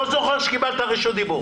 לא זוכר שקיבלת רשות דיבור.